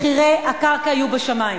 מחירי הקרקע יהיו בשמים.